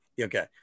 Okay